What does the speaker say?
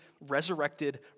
resurrected